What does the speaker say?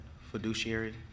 fiduciary